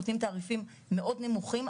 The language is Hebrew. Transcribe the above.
נותנים תעריפים מאוד נמוכים,